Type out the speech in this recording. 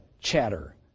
chatter